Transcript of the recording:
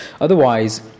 Otherwise